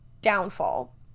downfall